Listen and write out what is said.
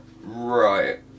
Right